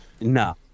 no